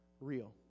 real